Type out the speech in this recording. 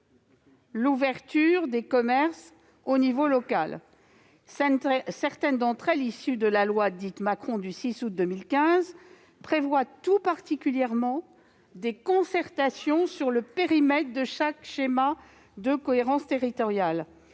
l'ouverture des commerces au niveau local. Certaines d'entre elles, issues de la loi dite « Macron » du 6 août 2015, prévoient tout particulièrement des concertations sur le périmètre de chaque schéma de cohérence territoriale